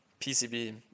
PCB